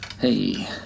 Hey